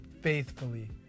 faithfully